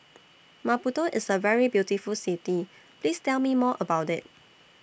Maputo IS A very beautiful City Please Tell Me More about IT